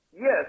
Yes